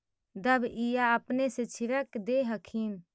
दबइया अपने से छीरक दे हखिन?